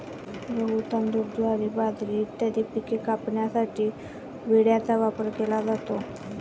गहू, तांदूळ, ज्वारी, बाजरी इत्यादी पिके कापण्यासाठी विळ्याचा वापर केला जातो